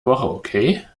woche